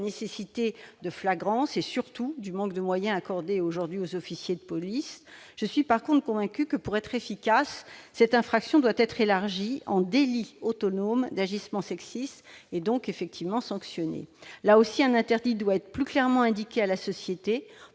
nécessité de flagrance et surtout du manque de moyens accordés aujourd'hui aux officiers de police, je suis convaincue, en revanche, que pour être efficace cette infraction doit être élargie en délit autonome d'agissement sexiste. Là aussi, un interdit doit être plus clairement indiqué à la société,